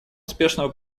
успешного